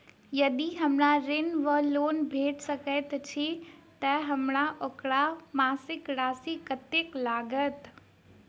यदि हमरा ऋण वा लोन भेट सकैत अछि तऽ हमरा ओकर मासिक राशि कत्तेक लागत?